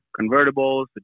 convertibles